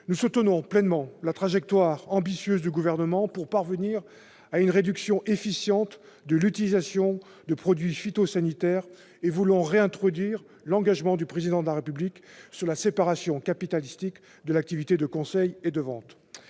Nous soutenons pleinement la trajectoire ambitieuse du Gouvernement pour parvenir à une réduction efficiente de l'utilisation des produits phytosanitaires et nous voulons reprendre l'engagement du Président de la République sur la séparation capitalistique des activités de conseil et de vente.